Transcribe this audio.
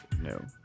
No